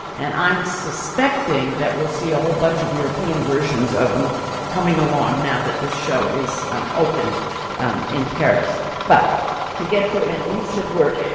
and i'm suspecting that we'll see ah whole bunch of european versions coming along now that this show is opened in paris but to get to annelise's work,